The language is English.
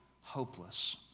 hopeless